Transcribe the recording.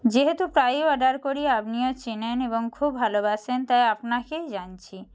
যেহেতু প্রায়ই অর্ডার করি আপনিও চেনেন এবং খুব ভালোবাসেন তাই আপনাকেই জানছি